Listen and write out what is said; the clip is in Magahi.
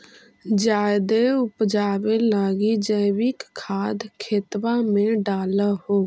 जायदे उपजाबे लगी जैवीक खाद खेतबा मे डाल हो?